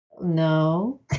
No